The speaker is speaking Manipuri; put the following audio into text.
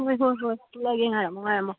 ꯍꯣꯏ ꯍꯣꯏ ꯍꯣꯏ ꯊꯣꯂꯛꯑꯒꯦ ꯉꯥꯏꯔꯝꯃꯣ ꯉꯥꯏꯔꯝꯃꯣ